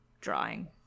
drawing